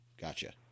gotcha